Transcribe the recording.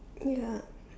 ya